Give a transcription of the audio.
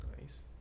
Nice